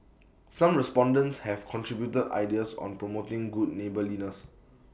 some respondents have contributed ideas on promoting good neighbourliness